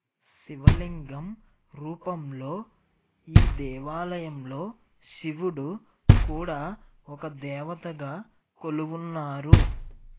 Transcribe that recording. శివలింగం రూపంలో ఈ దేవాలయంలో శివుడు కూడా ఒక దేవతగా కొలువున్నారు